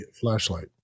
flashlight